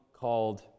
called